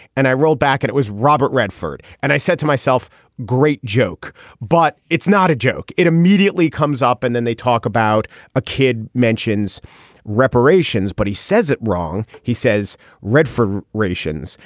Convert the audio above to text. and i rolled back at it was robert redford and i said to myself great joke but it's not a joke. it immediately comes up and then they talk about a kid mentions reparations but he says it wrong. he says redford ratios.